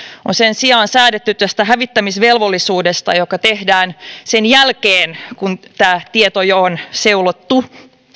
on sen sijaan säädetty tästä hävittämisvelvollisuudesta eli että hävitetään sen jälkeen kun tämä tieto jo on seulottu